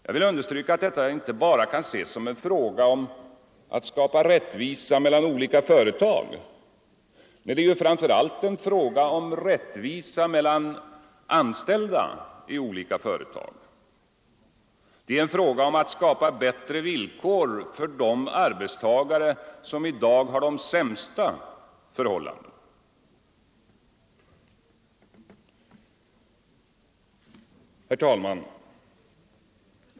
Jag vill understryka att detta inte bara kan ses som en fråga om att skapa rättvisa mellan olika företag utan framför allt är en fråga om rättvisa mellan anställda i olika företag. Det är en fråga om att skapa bättre villkor för de arbetstagare som i dag har de sämsta förhållandena. Herr talman!